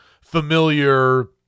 familiar